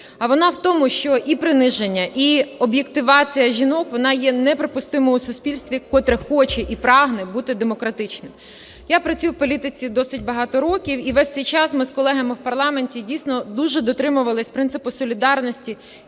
а вона в тому, що і приниження, і об'єктивація жінок, вона є неприпустимою у суспільстві, котре хоче і прагне бути демократичним. Я працюю в політиці досить багато років, і весь цей час ми з колегами в парламенті дійсно дуже дотримувалися принципу солідарності